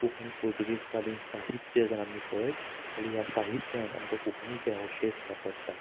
Konkani Portuguese कालीन साहित्य जर आमी पळयत जाल्यार ह्या साहित्यांत आमकां कोंकणीचे अवशेश सांपडटा